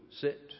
sit